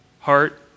heart